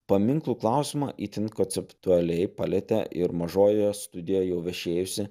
paminklų klausimą itin konceptualiai palietė ir mažojoje studijoje jau viešėjusi